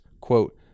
quote